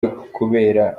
kubera